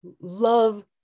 love